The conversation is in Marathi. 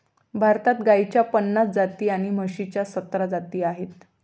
भारतात गाईच्या पन्नास जाती आणि म्हशीच्या सतरा जाती आहेत